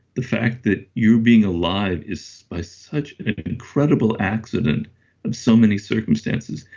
the fact that you being alive is by such an incredible accident of so many circumstances.